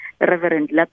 Reverend